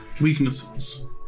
Weaknesses